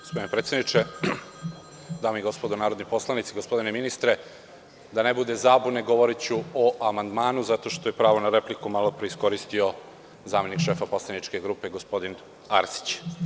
Gospodine predsedniče, dame i gospodo narodni poslanici, gospodine ministre, da ne bude zabune, govoriću o amandmanu, zato što je pravo na repliku malopre iskoristio zamenik šefa poslaničke grupe, gospodin Arsić.